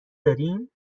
داریم